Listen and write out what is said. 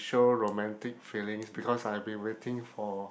show romantic feelings because I've been waiting for